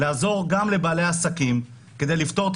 לעזור גם לבעלי עסקים כדי לפתור את